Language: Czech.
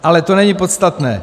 Ale to není podstatné.